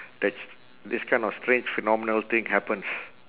that this kind of strange phenomenal thing happens